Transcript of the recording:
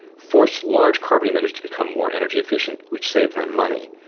forced large carbon emitters to become more energy efficient which saved them money,